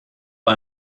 bei